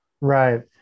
Right